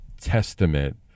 testament